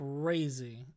crazy